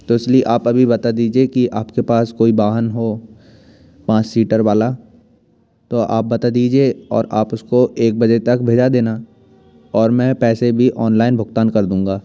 तो इसलिए आप अभी बता दीजिए कि आपके पास कोई वाहन हो पाँस सीटर वाला तो आप बता दीजिए और आप उसको एक बजे तक भेजा देना और मैं पैसे भी ऑनलाइन भुगतान कर दूँगा